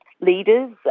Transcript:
leaders